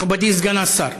מכובדי סגן השר,